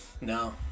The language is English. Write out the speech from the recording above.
No